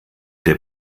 der